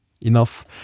enough